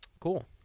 Cool